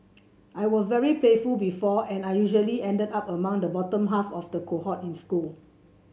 I was very playful before and I usually ended up among the bottom half of the cohort in school